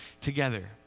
together